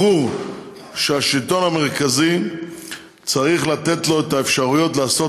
ברור שהשלטון המרכזי צריך לתת לו את האפשרויות לעשות